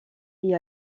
est